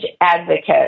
advocate